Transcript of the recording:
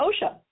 OSHA